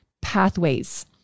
pathways